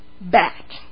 back